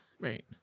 right